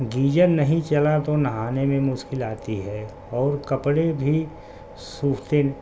گیجر نہیں چلا تو نہانے میں مشکل آتی ہے اور کپڑے بھی سوفتے